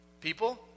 People